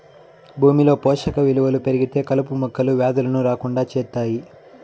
భూమిలో పోషక విలువలు పెరిగితే కలుపు మొక్కలు, వ్యాధులను రాకుండా చేత్తాయి